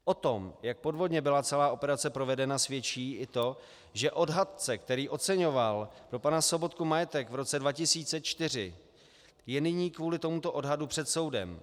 O tom, jak podvodně byla celá operace provedena, svědčí i to, že odhadce, který oceňoval pro pana Sobotku majetek v roce 2004, je nyní kvůli tomuto odhadu před soudem.